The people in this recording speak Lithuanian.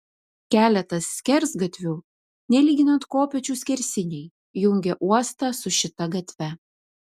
keletas skersgatvių nelyginant kopėčių skersiniai jungė uostą su šita gatve